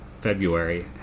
February